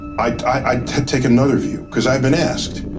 i take another view, because i've been asked.